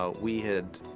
ah we had